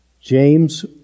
James